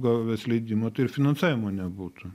gavęs leidimą tai ir finansavimo nebūtų